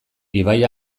ibai